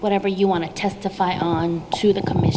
whatever you want to testify on to the company